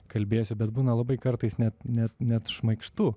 kalbėsiu bet būna labai kartais net net net šmaikštu